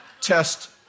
test